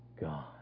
God